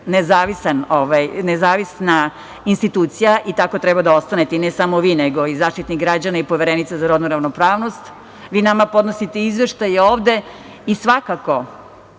nezavisna institucija i tako treba da ostanete i ne samo vi, nego i Zaštitnik građana i Poverenica za rodnu ravnopravnost. Vi nama podnosite izveštaj ovde i svakako